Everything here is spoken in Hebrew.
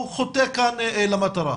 הוא חוטא כאן למטרה.